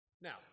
Now